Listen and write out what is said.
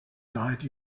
guide